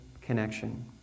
connection